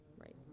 Right